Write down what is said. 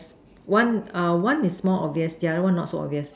one err one is more obvious the other one is not so obvious